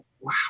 wow